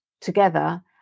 together